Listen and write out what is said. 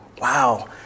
wow